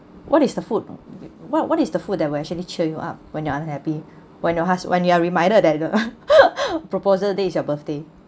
what is the food what what is the food that will actually cheer you up when you're unhappy when you're hus~ when you're reminded that proposal day is your birthday